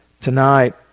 Tonight